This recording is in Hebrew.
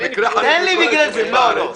מכל היישובים באזור.